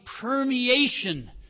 permeation